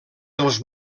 dels